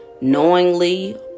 knowingly